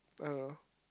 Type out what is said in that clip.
I don't know